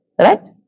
Right